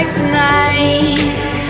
tonight